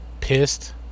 pissed